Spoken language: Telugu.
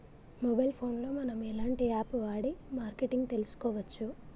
మొబైల్ ఫోన్ లో మనం ఎలాంటి యాప్ వాడి మార్కెటింగ్ తెలుసుకోవచ్చు?